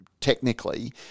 technically